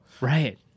Right